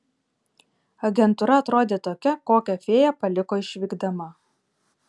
agentūra atrodė tokia kokią fėja paliko išvykdama